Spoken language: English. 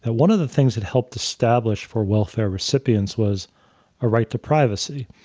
and one of the things that helped establish for welfare recipients was a right to privacy,